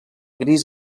gris